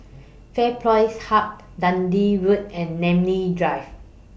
FairPrice Hub Dundee Road and Namly Drive